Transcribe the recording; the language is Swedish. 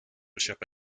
köpa